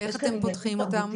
ואיך אתם פותחים אותם?